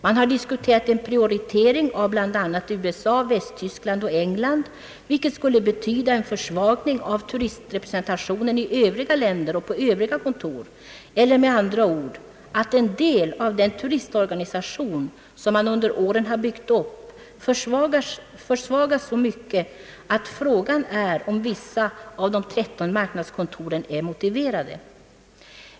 Man har diskuterat en prioritering av bl.a. USA, Västtyskland och England, vilket skulle betyda en försvagning av turistrepresentationen i övriga länder och på övriga kontor eller med andra ord, att en del av den turistorganisation som under åren har byggts upp försvagas så mycket att frågan är om vissa av de tretton marknadskontoren är motiverade.